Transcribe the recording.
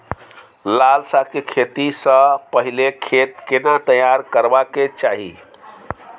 लाल साग के खेती स पहिले खेत केना तैयार करबा के चाही?